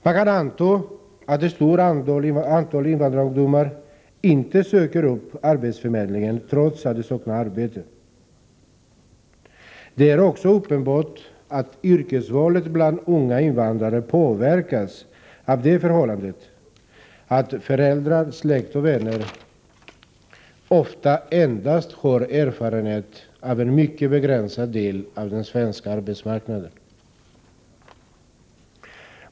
Man kan anta att ett stort antal invandrarungdomar inte söker upp arbetsförmedlingen trots att de saknar arbete. Det är också uppenbart att yrkesval bland unga invandrare påverkas av det förhållandet att föräldrar, släkt och vänner ofta endast har erfarenheter av en mycket begränsad del av den svenska arbetsmarknaden.